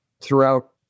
throughout